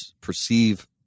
perceive